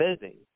busy